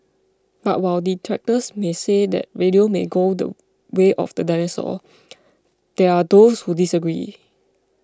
but while detractors may say that radio may go the way of the dinosaur there are those who disagree